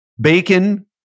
bacon